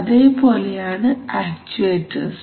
അതേപോലെയാണ് ആക്ചുവേറ്റർസ്